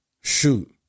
Shoot